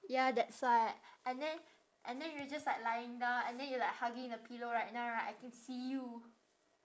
ya that's why and then and then you're just like lying down and then you're like hugging the pillow right now right I can see you